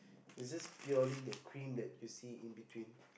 is just purely the cream that you see in between